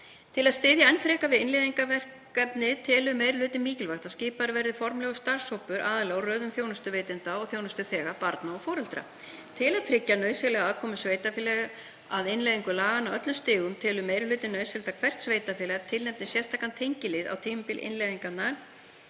Til að styðja enn frekar við innleiðingarverkefnið telur meiri hlutinn mikilvægt að skipaður verði formlegur starfshópur aðila úr röðum þjónustuveitenda og þjónustuþega, barna og foreldra. Til að tryggja nauðsynlega aðkomu sveitarfélaga að innleiðingu laganna á öllum stigum telur meiri hlutinn nauðsynlegt að hvert sveitarfélag tilnefni sérstakan tengilið á tímabili innleiðingar